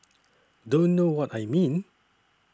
don't know what I mean